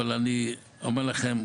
אבל אני אומר לכם,